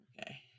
Okay